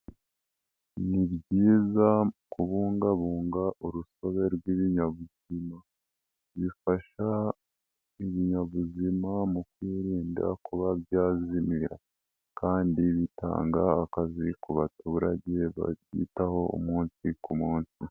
Ni byiza kubungabunga urusobe rw'ibinyabuzima, bifasha ibinyabuzima mu kwirinda kuba byazimira kandi bitanga akazi ku baturage babyitaho umunsi ku munsi.